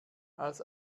als